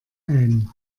ein